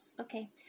Okay